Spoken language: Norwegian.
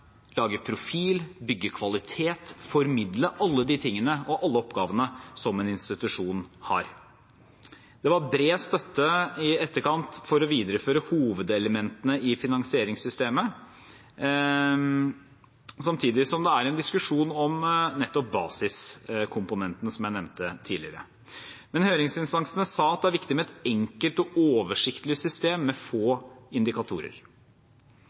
lage profil, bygge kvalitet og formidle – alle de oppgavene som en institusjon har. Det var bred støtte i etterkant for å videreføre hovedelementene i finansieringssystemet, samtidig som det er en diskusjon om nettopp basiskomponenten, som jeg nevnte tidligere. Men høringsinstansene sa at det er viktig med et enkelt og oversiktlig system med få indikatorer.